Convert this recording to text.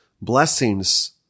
blessings